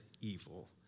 evil